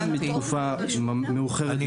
אם